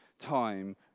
time